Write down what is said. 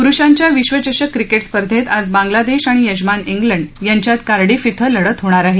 पुरुषांच्या विश्वचषक क्रिकेट स्पर्धेत आज बांगलादेश आणि यजमान इंग्लंड यांच्यात कार्डिफ इथं लढत होणार आहे